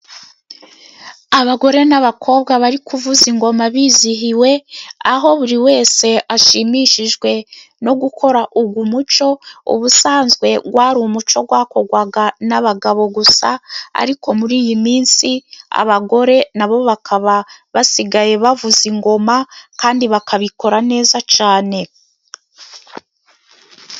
Abagore n'abakobwa bari kuvuza ingoma bizihiwe, aho buri wese ashimishijwe no gukora, uwu muco ubusanzwe wari umuco wakorwaga n'abagabo gusa, ariko muri iyi minsi abagore na bo bakaba basigaye bavuza ingoma kandi bakabikora neza cyangwa.